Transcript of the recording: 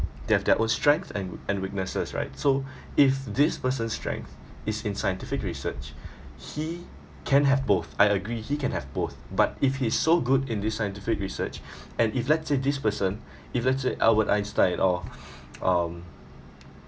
they have their own strengths and weaknesses right so if this person's strength is in scientific research he can have both I agree he can have both but if he's so good in the scientific research and if let's say this person if let's say albert einstein uh um